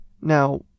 Now